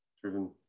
driven